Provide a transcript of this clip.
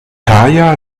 thaya